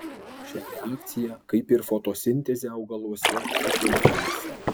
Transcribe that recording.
šią reakciją kaip ir fotosintezę augaluose sukelia šviesa